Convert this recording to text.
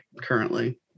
currently